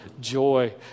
joy